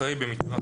אחרי "במטווח"